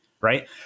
right